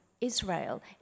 Israel